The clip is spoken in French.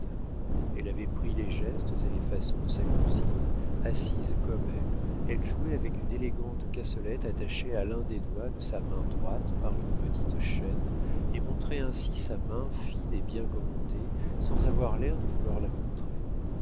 elle avait pris les gestes et les façons de sa cousine assise comme elle elle jouait avec une élégante cassolette attachée à l'un des doigts de sa main droite par une petite chaîne et montrait ainsi sa main fine et bien gantée sans avoir l'air de vouloir la montrer